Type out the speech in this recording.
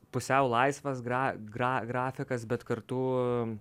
pusiau laisvas gra gra grafikas bet kartu